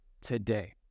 today